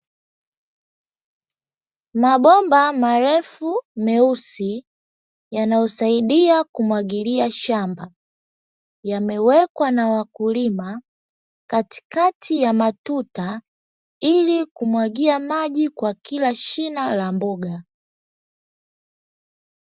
Mabomba marefu meusi yanayosaidia kumwagiia shamba, yamewekwa na wakulima katikati ya matuta, ili kumwagia maji kwa kila shina la mboga.